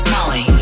Molly